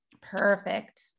perfect